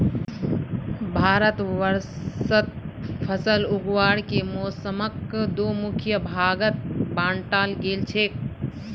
भारतवर्षत फसल उगावार के मौसमक दो मुख्य भागत बांटाल गेल छेक